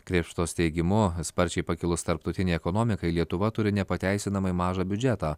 krėpštos teigimu sparčiai pakilus tarptautinei ekonomikai lietuva turi nepateisinamai mažą biudžetą